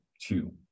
two